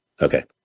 Okay